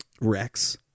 Rex